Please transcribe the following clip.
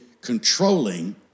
controlling